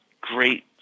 great